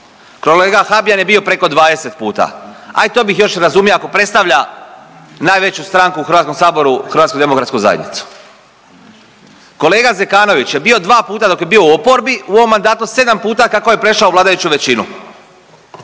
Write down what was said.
Kolega Habijan je bio preko 20 puta, aj to bi još i razumio ako predstavlja najveću stranku u HS, HDZ. Kolega Zekanović je bio dva puta dok je bio u oporbi, u ovom mandatu sedam puta kako je prešao u vladajući većinu.